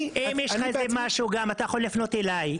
אם יש משהו אתה יכול גם לפנות אלי.